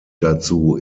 dazu